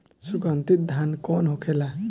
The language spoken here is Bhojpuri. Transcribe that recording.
सुगन्धित धान कौन होखेला?